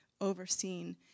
overseen